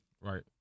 Right